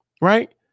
Right